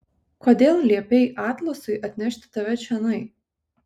kodėl liepei atlasui atnešti tave čionai